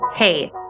Hey